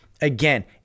Again